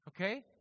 Okay